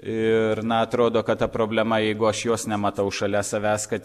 ir na atrodo kad ta problema jeigu aš jos nematau šalia savęs kad